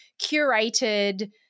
curated